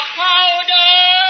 powder